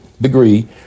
degree